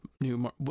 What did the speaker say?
new